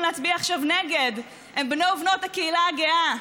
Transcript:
להצביע עכשיו נגד הם בני ובנות הקהילה הגאה.